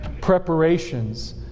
preparations